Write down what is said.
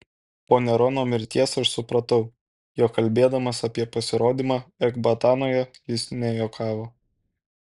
po nerono mirties aš supratau jog kalbėdamas apie pasirodymą ekbatanoje jis nejuokavo